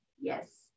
Yes